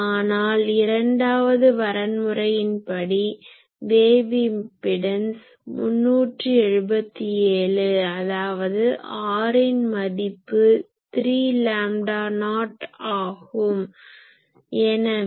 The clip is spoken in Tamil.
ஆனால் இரண்டாவது வரன்முறையின்படி வேவ் இம்பிடன்ஸ் 377 அதாவது r இன் மதிப்பு 3 லாம்டா நாட் ஆகும்